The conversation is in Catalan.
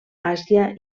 àsia